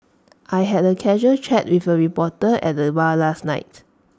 I had A casual chat with A reporter at the bar last night